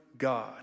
God